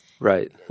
Right